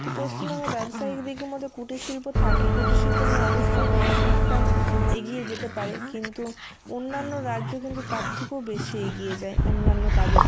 তো পশ্চিমবঙ্গের ব্যবসায়িক দিকের মধ্যে কুটির শিল্প থাকে কুটির শিল্প নিয়ে অবশ্যই একটা এগিয়ে যেতে পারে কিন্তু অন্যান্য রাজ্য কিন্তু তার থেকেও বেশি এগিয়ে যায় অন্যান্য কাজের